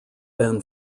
ben